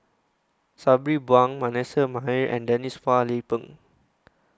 Sabri Buang Manasseh Meyer and Denise Phua Lay Peng